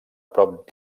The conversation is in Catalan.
prop